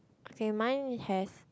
okay mine has